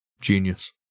Genius